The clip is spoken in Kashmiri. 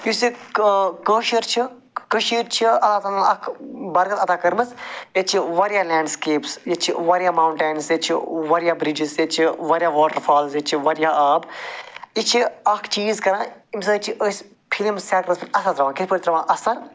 یُس یہِ کٲ کٲشُر چھُ کٔشیٖر چھِ اللہ تعلیٰ ہن اکھ برکت عطا کٔرمٕژ ییٚتہِ چھِ وارِیاہ لینٛڈ سِکیٚپٕس ییٚتہِ چھِ وارِیاہ ماوٹٮ۪نٕس ییٚتہِ چھِ وارِیاہ برجٕس ییٚتہِ چھِ وارِیاہ واٹرفالٕس ییٚتہِ چھِ وارِیاہ آب یہِ چھِ اکھ چیٖز کَران امہِ سۭتۍ چھِ أسۍ فِلِم سٮ۪کٹرس پٮ۪ٹھ اثر تراوان کِتھ پٲٹھۍ تراوانا اثر